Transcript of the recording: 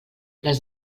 les